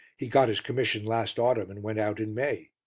he got his commission last autumn, and went out in may.